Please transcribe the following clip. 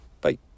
bye